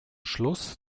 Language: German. schluss